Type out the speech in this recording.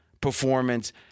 performance